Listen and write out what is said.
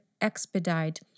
expedite